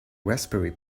raspberry